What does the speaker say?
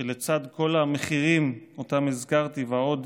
שלצד כל המחירים, אלה שהזכרתי ועוד,